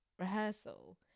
rehearsal